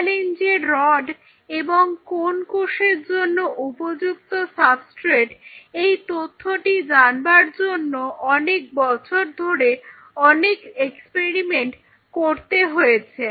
Concanavaline যে rod এবং কোন্ কোষের জন্য উপযুক্ত সাবস্ট্রেট এই তথ্যটি জানবার জন্য অনেক বছর ধরে অনেক এক্সপেরিমেন্ট করতে হয়েছে